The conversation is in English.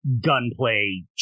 gunplay